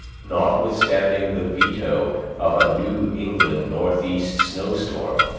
notwithstanding the veto of a new england northeast snow-storm,